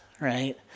right